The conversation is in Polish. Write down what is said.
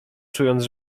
czując